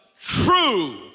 true